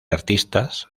artistas